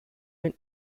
been